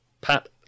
pat